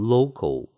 Local